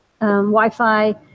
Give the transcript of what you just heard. Wi-Fi